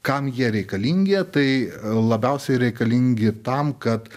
kam jie reikalingi tai labiausiai reikalingi tam kad